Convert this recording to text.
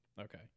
Okay